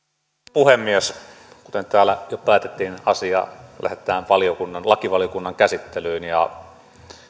puhemies kuten täällä jo päätettiin asia lähetetään lakivaliokunnan käsittelyyn ja